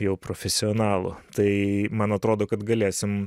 jau profesionalų tai man atrodo kad galėsim